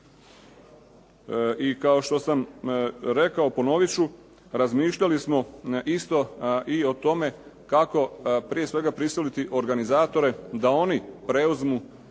I kao što sam rekao ponovit ću, razmišljali smo isto i o tome kako prije svega prisiliti organizatore da oni preuzmu